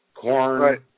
corn